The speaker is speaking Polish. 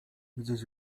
gdzieś